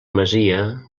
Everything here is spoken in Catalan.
masia